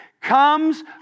comes